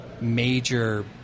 major